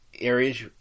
areas